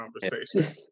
conversation